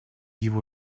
его